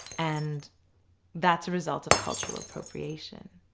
and that's a result of cultural appropriation.